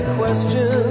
question